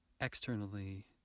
externally